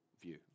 view